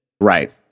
right